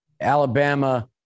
Alabama